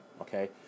okay